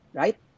right